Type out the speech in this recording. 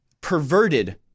perverted